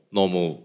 normal